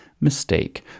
mistake